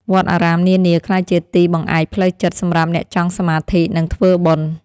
វត្តអារាមនានាក្លាយជាទីបង្អែកផ្លូវចិត្តសម្រាប់អ្នកចង់សមាធិ និងធ្វើបុណ្យ។